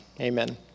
Amen